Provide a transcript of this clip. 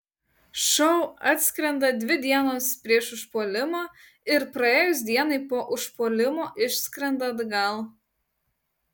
šou atskrenda dvi dienos prieš užpuolimą ir praėjus dienai po užpuolimo išskrenda atgal